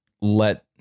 let